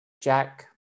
Jack